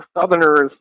Southerners